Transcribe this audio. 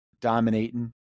dominating